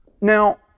Now